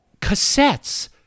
Cassettes